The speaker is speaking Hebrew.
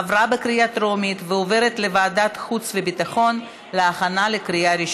לוועדת החוץ והביטחון נתקבלה.